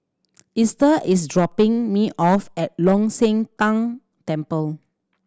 Esta is dropping me off at Long Shan Tang Temple